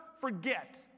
forget